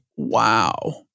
Wow